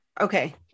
Okay